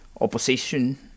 opposition